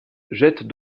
jette